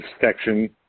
section